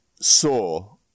saw